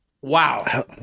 wow